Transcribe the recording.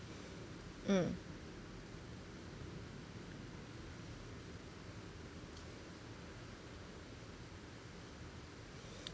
mm